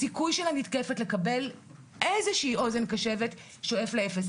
הסיכוי של הנתקפת לקבל איזושהי אוזן קשבת שואף לאפס.